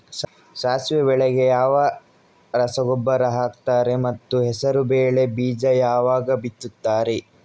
ಸಾಸಿವೆ ಬೆಳೆಗೆ ಯಾವ ರಸಗೊಬ್ಬರ ಹಾಕ್ತಾರೆ ಮತ್ತು ಹೆಸರುಬೇಳೆ ಬೀಜ ಯಾವಾಗ ಬಿತ್ತುತ್ತಾರೆ?